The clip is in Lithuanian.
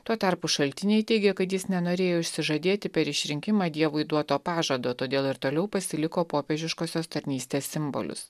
tuo tarpu šaltiniai teigia kad jis nenorėjo išsižadėti per išrinkimą dievui duoto pažado todėl ir toliau pasiliko popiežiškosios tarnystės simbolius